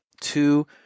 two